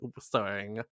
starring